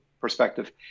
perspective